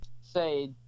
say